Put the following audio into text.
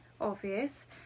obvious